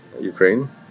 Ukraine